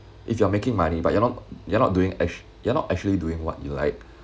if you are making money but you're not you're not doing ac~ you're not actually doing what you like